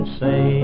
say